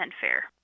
fair